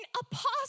apostle